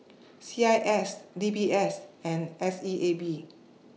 C I S D B S and S E A B